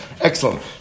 Excellent